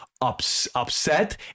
upset